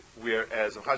whereas